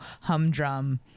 humdrum